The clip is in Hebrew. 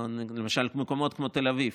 למשל מקומות כמו תל אביב,